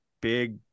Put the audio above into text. Big